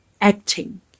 acting